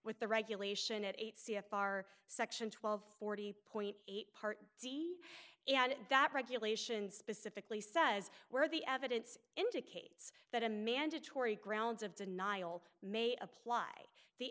with the regulation at eight c f r section twelve forty point eight part d and that regulation specifically says where the evidence indicates that a mandatory grounds of denial may apply the